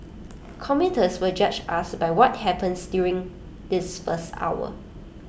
commuters will judge us by what happens during this first hour